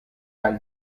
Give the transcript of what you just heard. kaj